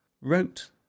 wrote